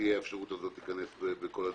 שתהיה אפשרות להיכנס בכל הדלתות.